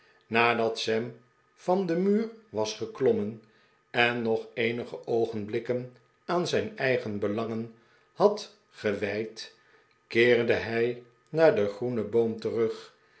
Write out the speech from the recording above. nadat sam van den muur was geklommen en nog eenige oogenblikken aan zijn eigen belangen had gewijd keerde hij naar de groene boom terug